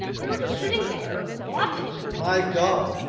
they were just sitting there, watching. my god,